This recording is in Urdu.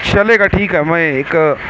چلے گا ٹھیک ہے میں ایک